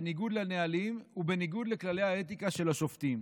בניגוד לנהלים ובניגוד לכללי האתיקה של השופטים.